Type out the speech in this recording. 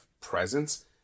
presence